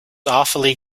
awfully